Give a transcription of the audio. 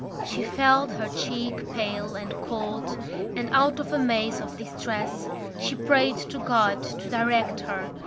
she felt her cheek pale and cold and, out of a maze of distress, she prayed to god to direct her,